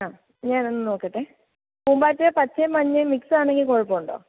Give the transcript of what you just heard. ആ ഞാനൊന്ന് നോക്കട്ടെ പൂമ്പാറ്റ പച്ചയും മഞ്ഞയും മിക്സ് ആണെങ്കിൽ കുഴപ്പം ഉണ്ടോ